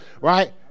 right